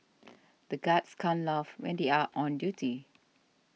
the guards can't laugh when they are on duty